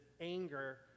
anger